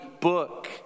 book